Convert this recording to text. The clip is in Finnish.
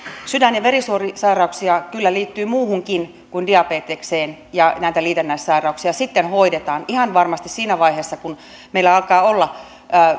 sydän ja verisuonisairauksia kyllä liittyy muuhunkin kuin diabetekseen ja näitä liitännäissairauksia sitten hoidetaan ihan varmasti siinä vaiheessa kun alkaa olla